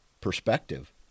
perspective